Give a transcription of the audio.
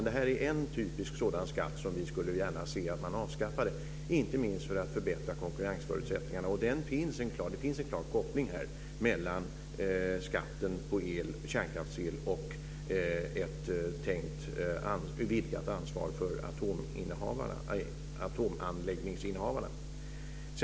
Detta är en typisk sådan skatt som vi gärna skulle se att man avskaffade, inte minst för att förbättra konkurrensförutsättningarna. Det finns en klar koppling här mellan skatten på kärnkraftsel och ett tänkt beviljat ansvar för atomanläggningsinnehavarna.